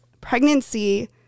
Pregnancy